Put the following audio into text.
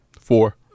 Four